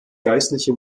geistliche